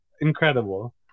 incredible